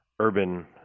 urban